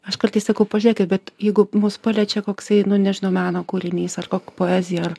aš kartais sakau pažiūrėkit bet jeigu mus paliečia koksai nu nežinau meno kūrinys ar ko poezija ar